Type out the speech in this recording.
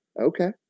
Okay